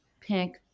pink